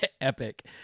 epic